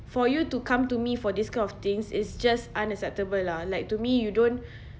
for you to come to me for this kind of things is just unacceptable lah like to me you don't